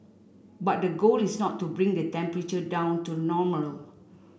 but the goal is not to bring the temperature down to normal